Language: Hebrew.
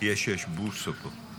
יש, השר בוסו פה.